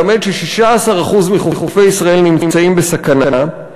מלמד ש-16% מחופי ישראל נמצאים בסכנה.